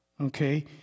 Okay